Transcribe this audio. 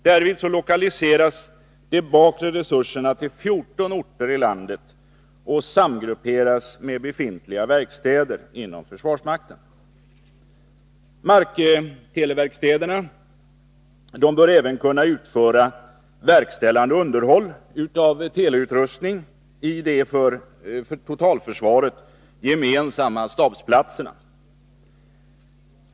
Därvid lokaliseras de bakre tTesurserna till 14 orter i landet och samgrupperas med befintliga verkstäder inom försvarsmakten. Markteleverkstäderna bör även kunna utföra verkställande underhåll av teleutrustning i de för totalförsvaret gemensamma stabsplatserna.